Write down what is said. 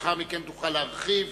לאחר מכן תוכל להרחיב.